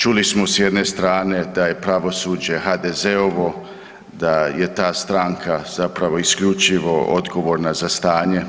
Čuli smo s jedne strane da je pravosuđe HDZ-ovo, da je ta stranka zapravo isključivo odgovorna za stanje.